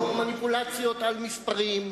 לא מניפולציות על מספרים,